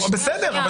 תן לה.